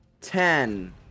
ten